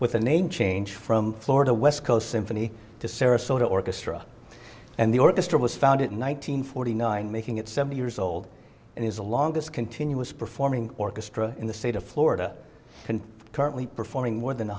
with a name change from florida west coast symphony to sarasota orchestra and the orchestra was founded in one nine hundred forty nine making it seventy years old and has the longest continuous performing orchestra in the state of florida currently performing more than